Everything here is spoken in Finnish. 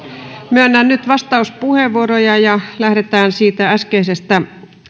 myönnän nyt vastauspuheenvuoroja lähdetään äskeisistä